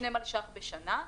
שני מיליון שקלים בשנה,